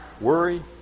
worry